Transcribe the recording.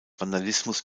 vandalismus